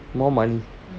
no money